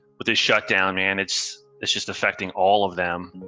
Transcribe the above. with this shutdown, man, it's it's just affecting all of them,